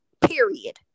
period